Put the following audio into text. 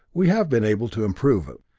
we have been able to improve it,